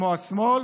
כמו השמאל,